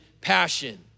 passion